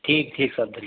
ठीक ठीक साहब धन्यवाद